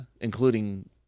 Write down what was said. including